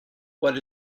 what